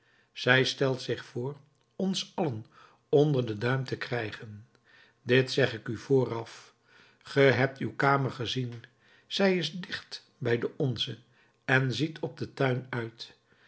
zij stelt zich voor ons allen onder den duim te krijgen dit zeg ik u vooraf ge hebt uw kamer gezien zij is dicht bij de onze en ziet op den tuin uit